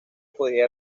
podría